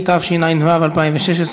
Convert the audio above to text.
התשע"ו 2016,